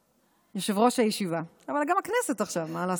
יושב-ראש הישיבה, אבל גם הכנסת עכשיו, מה לעשות: